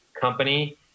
company